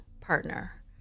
partner